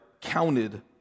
counted